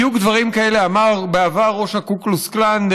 בדיוק דברים כאלה אמר בעבר ראש הקו קלוקס קלאן,